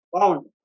found